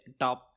top